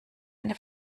eine